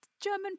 German